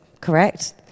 correct